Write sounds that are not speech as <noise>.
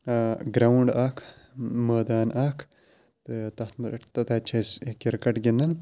ground اَکھ مٲدان اَکھ تہٕ تَتھ <unintelligible> تہٕ تَتہِ چھِ أسۍ کِرکَٹ گِنٛدان